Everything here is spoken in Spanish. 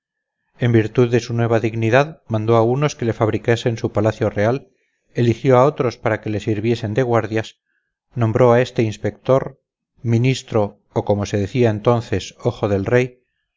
en virtud de su nueva dignidad mandó a unos que le fabricasen su palacio real eligió a otros para que le sirviesen de guardias nombró a éste inspector ministro o como se decía entonces ojo del rey hizo al otro su gentilhombre para que le